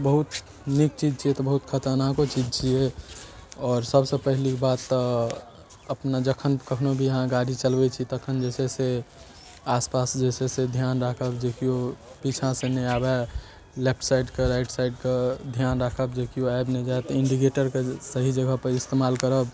बहुत नीक चीज छियै तऽ बहुत खतरनाको चीज छियै आओर सब पहिलुक बात तऽ अपना जखन कखनो भी अहाँ गाड़ी चलबै छी तखन जे छै से आसपास जे छै से ध्यान राखब जे केओ पीछाँ सऽ नहि आबै लेफ्ट साइडके राइट साइडके ध्यान राखब जे केओ आबि नहि जाय तऽ इंडिकेटरके सही जगह पर इस्तेमाल करब